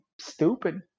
stupid